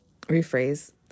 rephrase